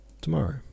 tomorrow